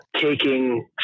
taking